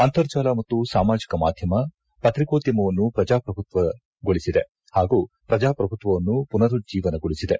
ಅಂತರ್ಜಾಲ ಮತ್ತು ಸಾಮಾಜಿಕ ಮಾಧ್ಯಮ ಪತ್ರಿಕೋದ್ಯಮವನ್ನು ಪ್ರಜಾಪ್ರಭುತ್ವಗೊಳಿಸಿದೆ ಹಾಗೂ ಪ್ರಜಾಪ್ರಭುತ್ವವನ್ನು ಪುನರುಜ್ಜೀವನಗೊಳಿಸಿದೆ